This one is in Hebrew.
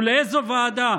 ולאיזו ועדה?